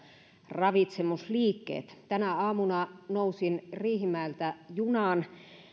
ravitsemusliikkeet tänä aamuna nousin riihimäeltä junaan